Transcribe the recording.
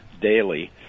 daily